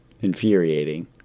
infuriating